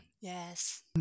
Yes